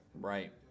Right